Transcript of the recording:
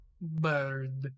Bird